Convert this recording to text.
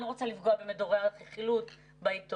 אני לא רוצה לפגוע במדורי הרכילות בעיתונות.